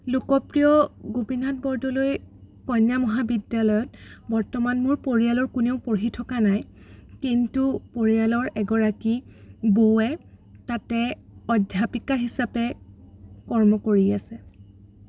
লোকপ্ৰিয় গোপীনাথ বৰদলৈ কন্যা মহাবিদ্যালয়ত বৰ্তমান মোৰ পৰিয়ালৰ কোনেও পঢ়ি থকা নাই কিন্তু পৰিয়ালৰ এগৰাকী বৌয়ে তাতে অধ্যাপিকা হিচাপে কৰ্ম কৰি আছে